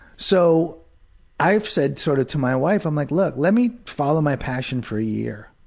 so i've said sort of to my wife, i'm like, look, let me follow my passion for a year.